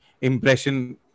impression